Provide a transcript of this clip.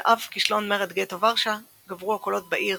על אף כישלון מרד גטו ורשה גברו הקולות בעיר